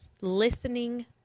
listening